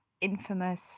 infamous